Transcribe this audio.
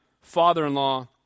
father-in-law